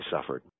suffered